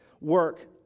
work